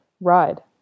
ride